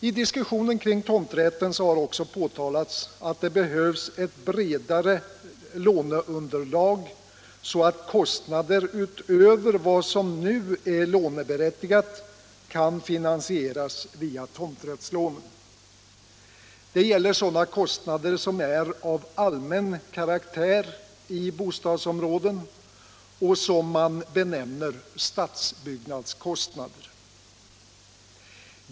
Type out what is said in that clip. I diskussionen kring tomträtten har också påtalats att det behövs ett bredare låneunderlag, så att kostnader utöver vad som nu är låneberättigat kan finansieras via tomträttslånen. Det gäller då sådana kostnader som är av allmän karaktär i bostadsområden och som man benämner stadsbyggnadskostnader.